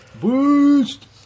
boost